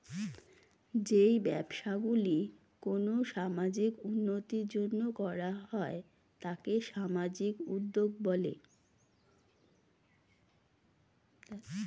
যেই ব্যবসাগুলি কোনো সামাজিক উন্নতির জন্য করা হয় তাকে সামাজিক উদ্যোগ বলে